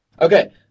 Okay